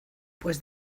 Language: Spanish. pues